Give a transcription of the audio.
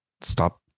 Stop